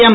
M